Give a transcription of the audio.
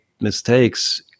mistakes